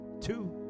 two